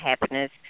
happiness